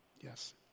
Yes